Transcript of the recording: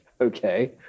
okay